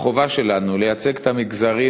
החובה שלנו לייצג את המגזרים,